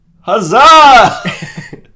Huzzah